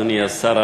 אדוני השר,